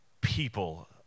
people